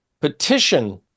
petition